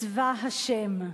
לצבא השם.